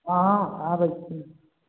हँ हँ आबै छी